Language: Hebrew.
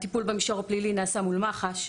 הטיפול במישור הפלילי נעשה מול מח"ש.